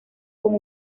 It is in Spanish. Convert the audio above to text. con